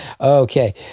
Okay